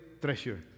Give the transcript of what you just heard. treasure